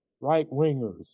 right-wingers